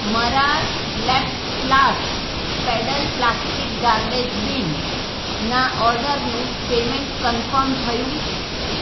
મારા લેપલાસ્ટ pedal plastic garbage bin ના ઓર્ડરનું પેમેંટ કનફર્મ થયું